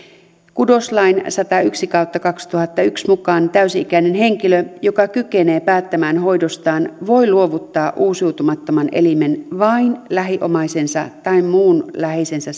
kudoslain satayksi kautta kahteentuhanteenyhteentoista mukaan täysi ikäinen henkilö joka kykenee päättämään hoidostaan voi luovuttaa uusiutumattoman elimen vain lähiomaisensa tai muun läheisensä